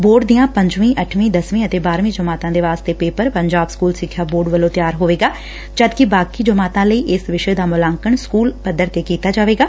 board ਦੀਆਂ ਪੰਜਾਵੀ ਅੱਠਵੀ ਦਸਵੀ ਅਤੇ ਬਾਹਰਵੀ ਜਮਾਤਾ ਦੇ ਵਾਸਤੇ ਪੇਪਰ ਪੰਜਾਬ ਸਕੁਲ ਸਿੱਖਿਆ ਬੋਰਡ ਵੱਲੋਂ ਤਿਆਰ ਕੀਤਾ ਜਾਵੇਗਾ ਜਦਕਿ ਬਾਕੀ ਕਲਾਸਾਂ ਲਈ ਇਸ ਵਿਸ਼ੇ ਦਾ ਮੁਲਾਂਕਣ ਸਕੁਲ ਪੱਧਰ ਤੇ ਕੀਤਾ ਜਾਵੇਗਾ